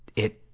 it